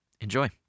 Enjoy